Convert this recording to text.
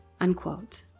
unquote